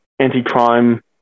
anti-crime